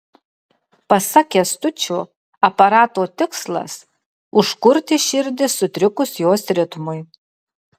pasak kęstučio aparato tikslas užkurti širdį sutrikus jos ritmui